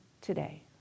today